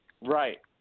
Right